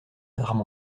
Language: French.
armes